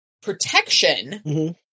protection